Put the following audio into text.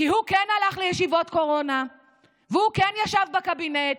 כי הוא כן הלך לישיבות קורונה והוא כן ישב בקבינט,